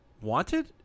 Wanted